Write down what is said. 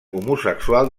homosexual